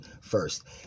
first